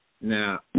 Now